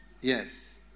Yes